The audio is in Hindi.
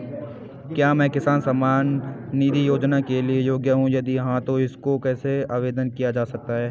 क्या मैं किसान सम्मान निधि योजना के लिए योग्य हूँ यदि हाँ तो इसको कैसे आवेदन किया जा सकता है?